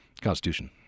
Constitution